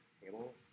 table